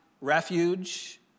refuge